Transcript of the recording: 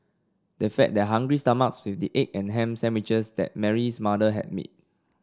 they fed their hungry stomachs with the egg and ham sandwiches that Mary's mother had made